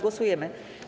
Głosujemy.